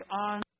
on